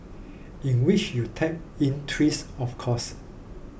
in which you type in twit of course